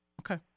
Okay